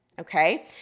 okay